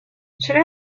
should